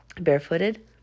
barefooted